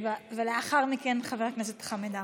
לאחר מכן, חבר הכנסת חמד עמאר.